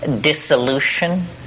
dissolution